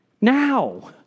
now